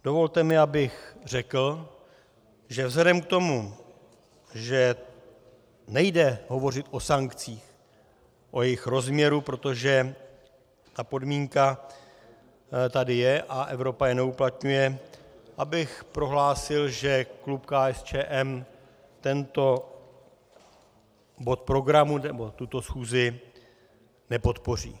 Dovolte mi, abych řekl, že vzhledem k tomu, že nejde hovořit o sankcích, o jejich rozměru, protože ta podmínka tady je a Evropa je neuplatňuje, abych prohlásil, že klub KSČM tento bod programu nebo tuto schůzi nepodpoří.